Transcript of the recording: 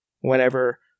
Whenever